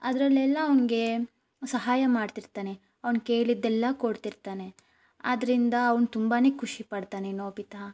ಅದರಲ್ಲೆಲ್ಲ ಅವ್ನಿಗೆ ಸಹಾಯ ಮಾಡ್ತಿರ್ತಾನೆ ಅವ್ನು ಕೇಳಿದ್ದೆಲ್ಲ ಕೊಡ್ತಿರ್ತಾನೆ ಆದ್ದರಿಂದ ಅವ್ನು ತುಂಬಾ ಖುಷಿ ಪಡ್ತಾನೆ ನೋಬಿತಾ